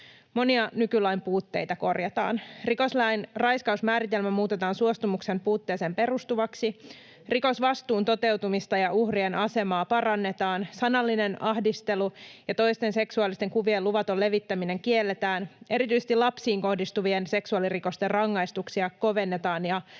Monia nykylain puutteita korjataan. Rikoslain raiskausmääritelmä muutetaan suostumuksen puutteeseen perustuvaksi. Rikosvastuun toteutumista ja uhrien asemaa parannetaan. Sanallinen ahdistelu ja toisten seksuaalisten kuvien luvaton levittäminen kielletään. Erityisesti lapsiin kohdistuvien seksuaalirikosten rangaistuksia kovennetaan ja